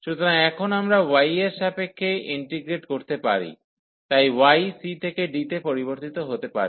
সুতরাং এখন আমরা y এর সাপেক্ষে ইন্টিগ্রেড করতে পারি তাই y c থেকে d তে পরিবর্তিত হতে পারে